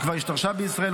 שכבר השתרשה בישראל,